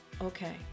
okay